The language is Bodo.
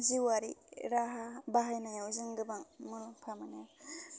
जिउआरि राहा बाहायनायाव जों गोबां मुलाम्फा मोनो